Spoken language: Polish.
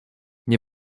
nie